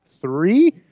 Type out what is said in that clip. three